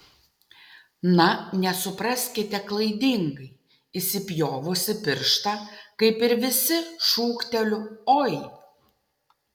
na nesupraskite klaidingai įsipjovusi pirštą kaip ir visi šūkteliu oi